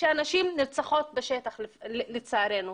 שנשים נרצחות בשטח לצערנו,